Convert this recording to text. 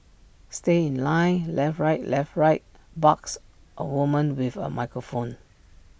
stay in line left right left right barks A woman with A microphone